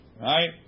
Right